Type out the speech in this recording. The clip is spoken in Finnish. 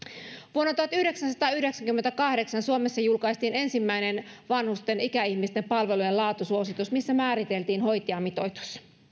vuonna tuhatyhdeksänsataayhdeksänkymmentäkahdeksan suomessa julkaistiin ensimmäinen vanhusten ikäihmisten palvelujen laatusuositus missä määriteltiin hoitajamitoitus